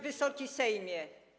Wysoki Sejmie!